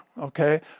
Okay